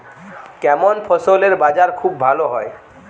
কেমন ফসলের বাজার খুব ভালো হয়?